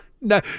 No